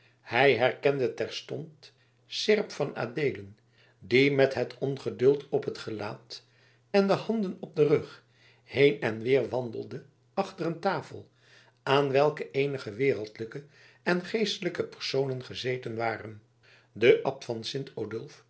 hij herkende terstond seerp van adeelen die met het ongeduld op t gelaat en de handen op den rug heen en weer wandelde achter een tafel aan welke eenige wereldlijke en geestelijke personen gezeten waren de abt van